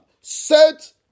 set